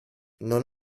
non